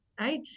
Right